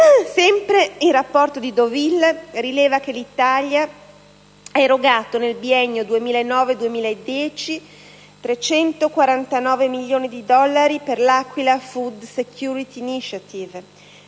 Sempre il Rapporto di Deauville rileva che l'Italia ha erogato, nel biennio 2009-2010, 349 milioni di dollari per 1'«*Aquila Food Security Initiative*»